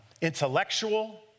intellectual